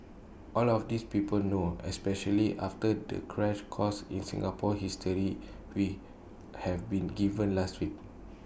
all of this people know especially after the crash course in Singapore history we have been given last week